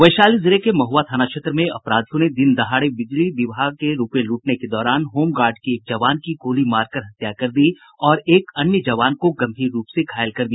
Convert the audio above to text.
वैशाली जिले के महआ थाना क्षेत्र में अपराधियों ने दिनदहाड़े बिजली विभाग के रुपये लूटने के दौरान होमगार्ड के एक जवान की गोली मारकर हत्या कर दी और एक अन्य जवान को गंभीर रूप से घायल कर दिया